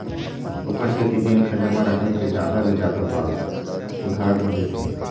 ओखर सेती बेंक ह जमा रकम के जादा ले जादा भाग उधार म देथे